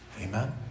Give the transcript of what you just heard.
Amen